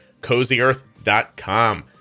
CozyEarth.com